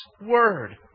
Word